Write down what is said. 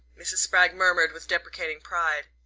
mrs. spragg murmured with deprecating pride.